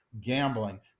gambling